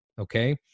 Okay